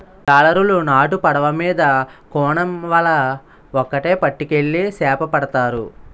జాలరులు నాటు పడవ మీద కోనేమ్ వల ఒక్కేటి పట్టుకెళ్లి సేపపడతారు